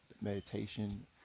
meditation